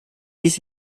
dies